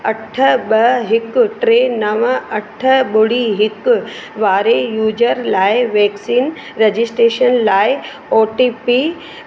अठ ॿ हिक टे नव अठ ॿुड़ी हिक वारे यूज़र लाइ वैक्सीन रजिस्ट्रेशन लाइ ओ टी पी